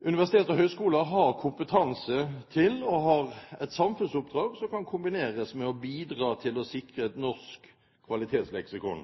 Universiteter og høyskoler har kompetanse og har et samfunnsoppdrag som kan kombineres med å bidra til å sikre et norsk kvalitetsleksikon.